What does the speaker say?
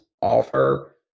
offer